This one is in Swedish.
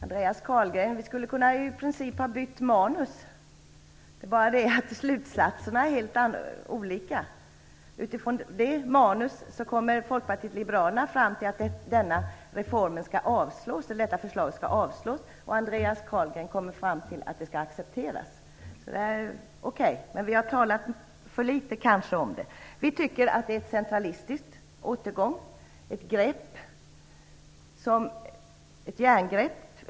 Herr talman! I princip skulle vi, Andreas Carlgren, ha kunnat byta manus. Slutsatserna är dock helt olika. Folkpartiet liberalerna kommer fram till att detta förslag skall avslås, medan Andreas Carlgren kommer fram till att det skall accepteras. Vi har kanske talat för litet om detta. Vi tycker att det är ett centralistiskt förslag, en återgång till det centralistiska.